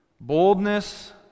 Boldness